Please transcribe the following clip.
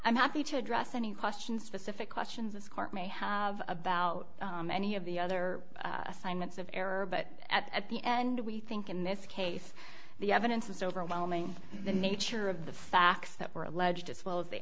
i'm happy to address any questions specific questions this court may have about any of the other assignments of error but at the end we think in this case the evidence was overwhelming the nature of the facts that were alleged as well as the